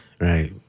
Right